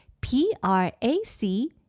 P-R-A-C